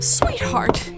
sweetheart